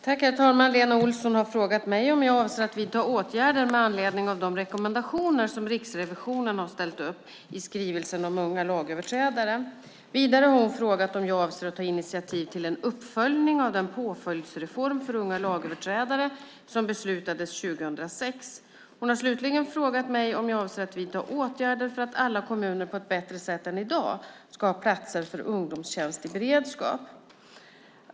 Herr talman! Lena Olsson har frågat mig om jag avser att vidta åtgärder med anledning av de rekommendationer som Riksrevisionen har ställt upp i skrivelsen om unga lagöverträdare. Vidare har hon frågat om jag avser att ta initiativ till en uppföljning av den påföljdsreform för unga lagöverträdare som beslutades 2006. Hon har slutligen frågat mig om jag avser att vidta åtgärder för att alla kommuner på ett bättre sätt än i dag ska ha platser för ungdomstjänst i beredskap.